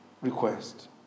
request